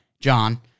John